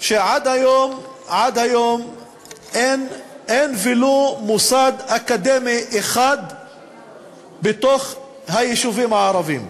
עד היום אין ולו מוסד אקדמי אחד בתוך היישובים הערביים.